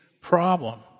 problem